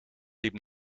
liep